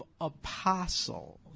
apostles